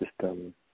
system